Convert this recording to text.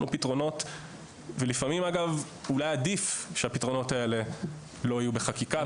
ולפעמים אולי עדיף שהפתרונות האלה לא יהיו בחקיקה.